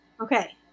Okay